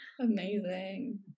amazing